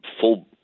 full